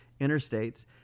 interstates